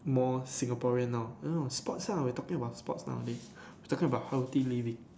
more Singaporean now you know sports ah we talking about sports lah eh we talking about healthy living